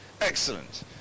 excellent